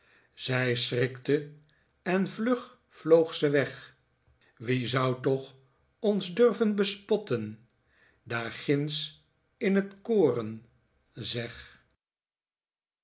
zij schrikte en vlug vloog ze weg wie zou toch ons durven bespotten daar ginds in het koren zeg